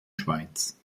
schweiz